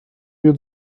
you